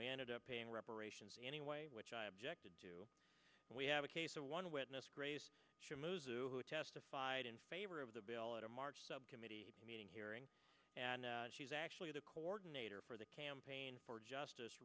we ended up paying reparations anyway which i objected to we have a case of one witness grace shemozzle who testified in favor of the bill at a march subcommittee meeting hearing and she's actually the coordinator for the campaign for justice